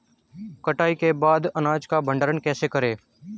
कटाई के बाद अनाज का भंडारण कैसे करें?